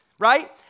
Right